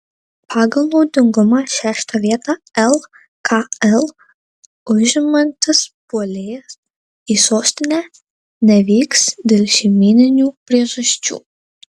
pagal naudingumą šeštą vietą lkl užimantis puolėjas į sostinę nevyks dėl šeimyninių priežasčių